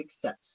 success